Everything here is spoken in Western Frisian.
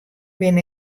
bin